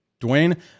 Dwayne